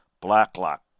Blacklock